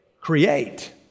Create